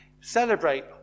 celebrate